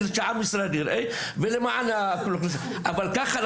אבל ככה?